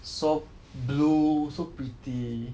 so blue so pretty